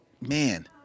man